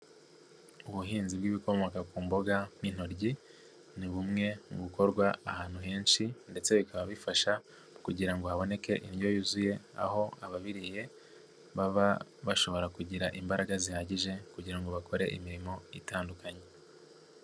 Ubuhinzi bw'ibikomoka ku mboga nk'intoryi, ni bumwe mu bukorwa ahantu henshi ndetse bikaba bifasha kugira ngo haboneke indyo yuzuye, aho ababiriye baba bashobora kugira imbaraga zihagije kugira ngo bakore imirimo itandukanye.